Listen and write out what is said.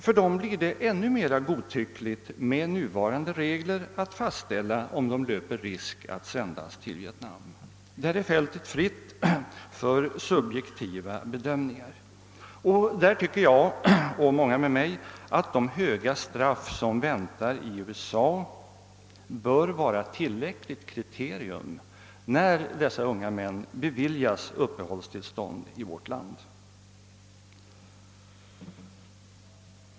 För dem blir det ännu. mer godtyckligt med nuvarande regler när det gäller att fastställa. om de löper risk att återsändas till Vietnam. Här är fältet fritt för subjektiva bedömningar. Jag och många med. mig tycker att de höga straff, som "väntar dem i. USA, bör vara ett tillräckligt kriterium när frågan om att bevilja dessa unga män uppehållstillstånd i vårt land skall prövas.